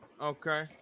Okay